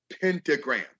pentagram